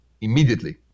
immediately